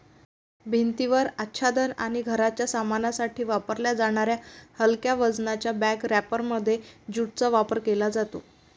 भिंतीवर आच्छादन आणि घराच्या सामानासाठी वापरल्या जाणाऱ्या हलक्या वजनाच्या बॅग रॅपरमध्ये ज्यूटचा वापर केला जातो